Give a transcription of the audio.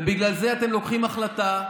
ובגלל זה אתם לוקחים החלטה,